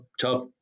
tough